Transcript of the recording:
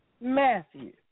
Matthew